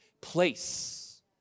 place